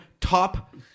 top